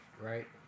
right